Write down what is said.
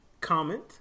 comment